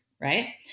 right